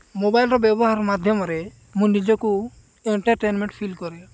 ମୋବାଇଲ୍ର ବ୍ୟବହାର ମାଧ୍ୟମରେ ମୁଁ ନିଜକୁ ଏଣ୍ଟର୍ଟେନ୍ମେଣ୍ଟ୍ ଫିଲ୍ କରେ